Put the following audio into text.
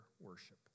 worship